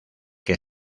que